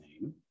name